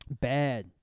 Bad